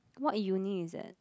what uni is that